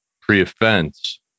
pre-offense